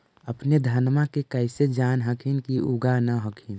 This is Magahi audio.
अपने धनमा के कैसे जान हखिन की उगा न हखिन?